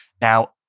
Now